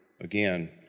again